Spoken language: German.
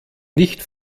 nicht